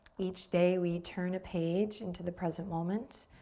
each day we turn a page into the present moment,